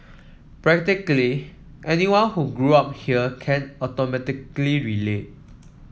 practically anyone who grew up here can automatically relate